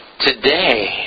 today